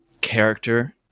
character